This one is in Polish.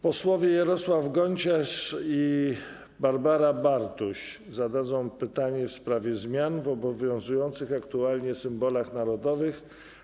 Posłowie Jarosław Gonciarz i Barbara Bartuś zadadzą pytanie w sprawie zmian w obowiązujących aktualnie symbolach narodowych.